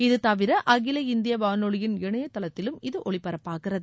இது தவிர அகில இந்திய வானொலியின் இணையதளத்திலும் இது ஒலிபரப்பாகிறது